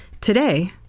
Today